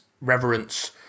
reverence